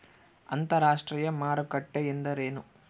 ಅಂತರಾಷ್ಟ್ರೇಯ ಮಾರುಕಟ್ಟೆ ಎಂದರೇನು?